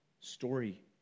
story